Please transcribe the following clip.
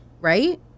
right